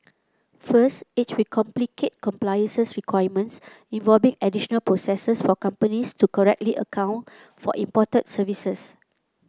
first it will complicate compliance requirements involving additional processes for companies to correctly account for imported services